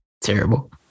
terrible